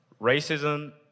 racism